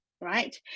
right